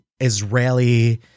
Israeli